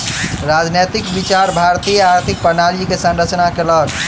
राजनैतिक विचार भारतीय आर्थिक प्रणाली के संरचना केलक